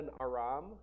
Aram